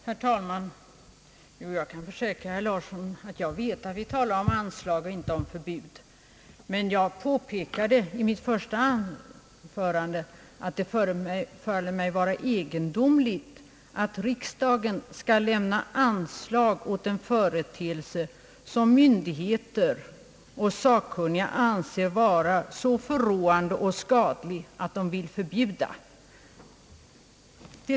Herr talman! Jag kan försäkra herr Herbert Larsson, att jag vet att vi talar om anslag och inte om förbud. Men jag påpekade i mitt första anförande, att det föreföll mig vara egendomligt, att riksdagen skulle lämna anslag åt en företeelse, som myndigheter och sakkunniga ansåg vara så förråande och skadlig att de ville förbjuda den.